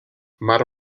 mar